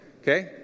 Okay